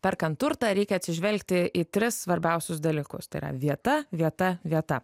perkant turtą reikia atsižvelgti į tris svarbiausius dalykus tai yra vieta vieta vieta